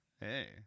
hey